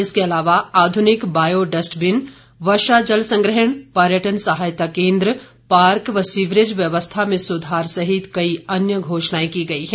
इसके अलावा आधुनिक बायो डस्टबीन वर्षा जल संग्रहण पर्यटन सहायता केंद्र पार्क व सीवरेज व्यवस्था में सुधार सहित कई अन्य घोषणाएं की गई हैं